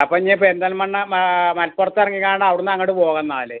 അപ്പം ഇനി പെരിന്തൽമണ്ണ മലപ്പുറത്തെറങ്ങികാണ്ട് അവിട്ന്നങ്ങട് പോകാമേന്നാൽ